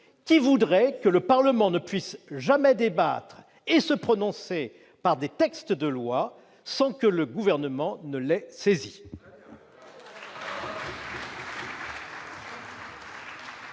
selon laquelle le Parlement ne pourrait jamais débattre et se prononcer par des textes de loi sans que le Gouvernement l'ait saisi.